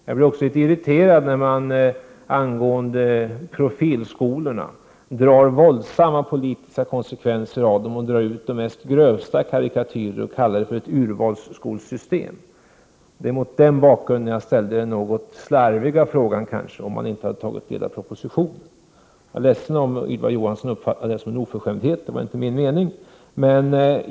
Jag blir också litet irriterad när man drar våldsamma politiska konsekvenser när det gäller profilskolorna, gör de grövsta karikatyrer och kallar detta system för ett urvalsskolesystem. Det var mot den bakgrunden som jag ställde den kanske något slarviga frågan om man inte hade tagit del av propositionen. Jag är ledsen om Ylva Johansson uppfattade det som en oförskämdhet. Det var inte min mening.